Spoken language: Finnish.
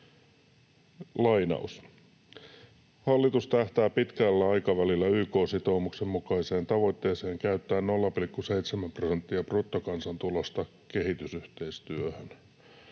”Hallitus tähtää pitkällä aikavälillä YK-sitoumuksen mukaiseen tavoitteeseen käyttää 0,7 prosenttia bruttokansantulosta kehitysyhteistyöhön.